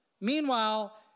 Meanwhile